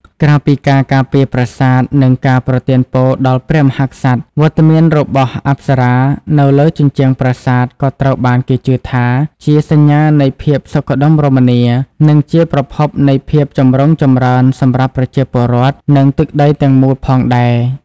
ក្រៅពីការការពារប្រាសាទ និងការប្រទានពរដល់ព្រះមហាក្សត្រ វត្តមានរបស់អប្សរានៅលើជញ្ជាំងប្រាសាទក៏ត្រូវបានគេជឿថាជា សញ្ញានៃភាពសុខដុមរមនា និងជាប្រភពនៃភាពចម្រុងចម្រើនសម្រាប់ប្រជាពលរដ្ឋ និងទឹកដីទាំងមូលផងដែរ។